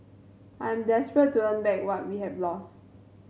I'm desperate to earn back what we have lose